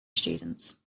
students